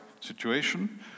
situation